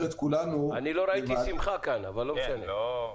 לא ראיתי כאן שמחה, אבל לא משנה.